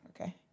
Okay